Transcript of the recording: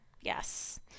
yes